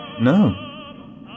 No